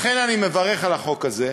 לכן אני מברך על החוק הזה.